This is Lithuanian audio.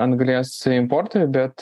anglies importui bet